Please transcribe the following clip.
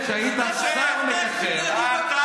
להיות ליצן חצר של סיעת הליכוד.